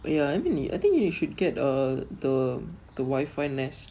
ya I mean I think you should get uh the the Wi-Fi nest